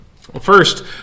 First